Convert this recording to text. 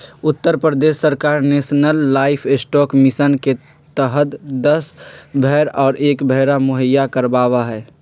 उत्तर प्रदेश सरकार national livestock mission के तहद दस भेंड़ और एक भेंड़ा मुहैया करवावा हई